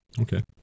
Okay